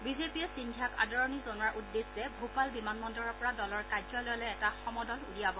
বিজেপিয়ে সিদ্ধিয়া আদৰণি জনোৱাৰ উদ্দেশ্যে ভূপাল বিমান বন্দৰৰ পৰা দলৰ কাৰ্যালয়লৈ এটা সমদল উলিয়াব